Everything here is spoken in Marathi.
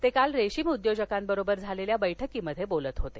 ते काल रेशीम उद्योजकांबरोबर झालेल्या बैठकीत बोलत होते